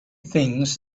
things